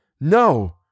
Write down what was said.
No